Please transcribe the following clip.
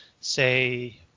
say